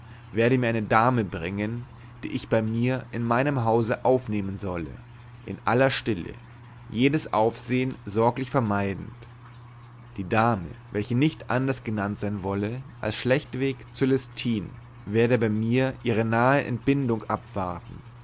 werde mir eine dame bringen die ich bei mir in meinem hause aufnehmen solle in aller stille jedes aufsehen sorglich vermeidend die dame welche nicht anders genannt sein wolle als schlechtweg cölestine werde bei mir ihre nahe entbindung abwarten